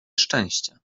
szczęścia